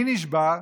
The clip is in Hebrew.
מי נשבר?